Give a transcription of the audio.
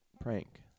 prank